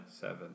seven